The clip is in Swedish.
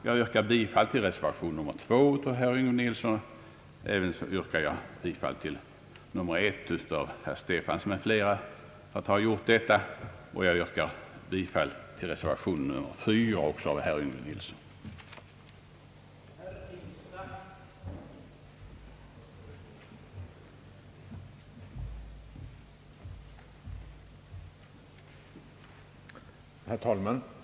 Jag yrkar bifall till reservation nr 2 av herr Yngve Nilsson m.fl. Äävenså yrkar jag bifall till resevation nr 1 av herr Stefanson m.fl., och jag yrkar bifall till reservation nr 4 av herr Yngve Nilsson m.fl.